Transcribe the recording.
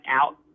out